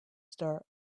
store